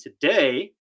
today